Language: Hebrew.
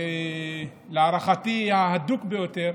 האדוק ביותר,